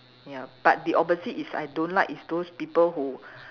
ya but the opposite is I don't like is those people who